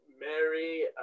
Mary